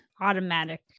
automatic